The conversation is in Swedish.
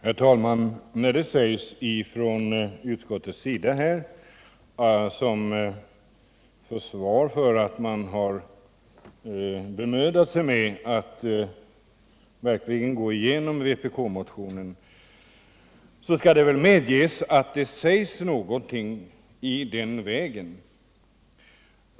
Herr talman! Från utskottets sida sägs det som försvar att man verkligen har bemödat sig att gå igenom vpk-motionen. Det skall medges att man gjort någonting i den vägen.